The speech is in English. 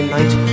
Night